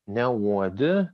ne uodi